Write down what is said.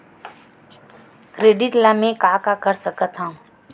Credit ले मैं का का कर सकत हंव?